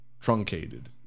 truncated